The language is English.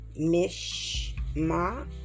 Mishma